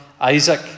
Isaac